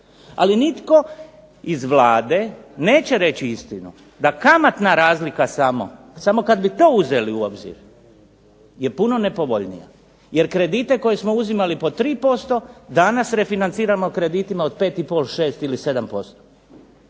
ali nitko iz Vlade neće reći istinu da kamatna razlika samo, samo kad bi to uzeli u obzir je puno nepovoljnija, jer kredite koje smo uzimali po 3% danas refinanciramo kreditima od 5 i pol, 6 ili 7%.